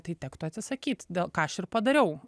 tai tektų atsisakyt dėl ką aš ir padariau